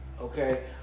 okay